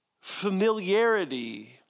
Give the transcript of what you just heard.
familiarity